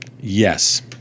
Yes